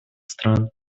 стран